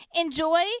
Enjoy